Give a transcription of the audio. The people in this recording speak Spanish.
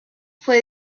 fue